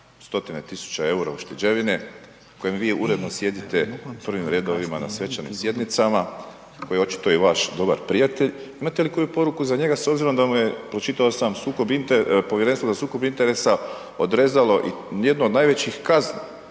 stotine tisuća EUR-a ušteđevine s kojem vi uredno sjedite u prvim redovima na svečanim sjednicama koji je očito i vaš dobar prijatelj, imate li koju poruku za njega s obzirom da mu je, pročitao sam, sukob interesa, Povjerenstvo za sukob interesa odrezalo i jednu od najvećih kazni